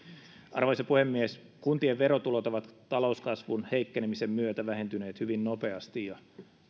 arvoisa puhemies kuntien verotulot ovat talouskasvun heikkenemisen myötä vähentyneet hyvin nopeasti ja